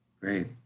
Great